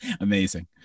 amazing